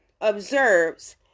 observes